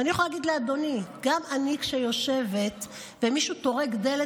ואני יכולה להגיד לאדוני: גם כשאני יושבת ומישהו טורק דלת,